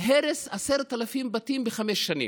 הרס 10,000 בתים בחמש שנים.